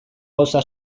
gauza